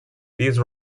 these